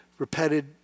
repeated